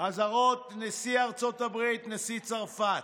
אזהרות נשיא ארצות הברית, נשיא צרפת,